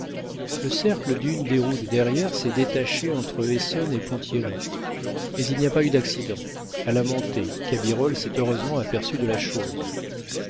le cercle d'une des roues de derrière s'est détaché entre essonne et ponthierry mais il n'y a pas eu d'accident à la montée cabirolle s'est heureusement aperçu de la chose